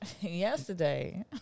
Yesterday